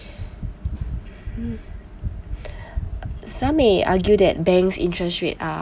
some may argue that banks' interest rate are